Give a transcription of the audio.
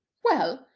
well,